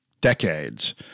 decades